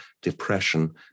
depression